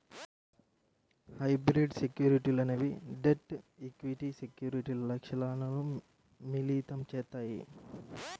hybrid సెక్యూరిటీలు అనేవి debt, equity సెక్యూరిటీల లక్షణాలను మిళితం చేత్తాయి